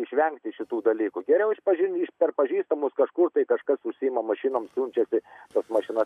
išvengti šitų dalykų geriau iš pažy per pažįstamus kažkur tai kažkas užsiima mašinom siunčiasi tas mašinas